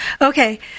okay